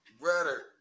Brother